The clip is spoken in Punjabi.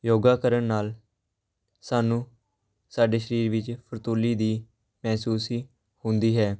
ਯੋਗਾ ਕਰਨ ਨਾਲ ਸਾਨੂੰ ਸਾਡੇ ਸਰੀਰ ਵਿੱਚ ਫਰਤੂਲੀ ਦੀ ਮਹਿਸੂਸੀ ਹੁੰਦੀ ਹੈ